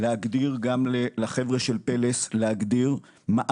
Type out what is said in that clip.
להגדיר גם לחבר'ה של פלס מערכה